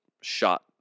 shot